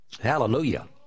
Hallelujah